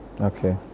Okay